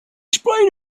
explain